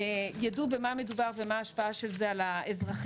ידעו במה מדובר ומה ההשפעה של זה על האזרחים,